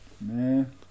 Man